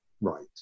right